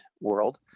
world